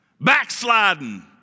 backsliding